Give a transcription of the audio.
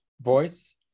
voice